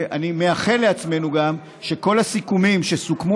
ואני מאחל לעצמנו שגם כל הסיכומים שסוכמו